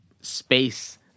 space